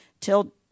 till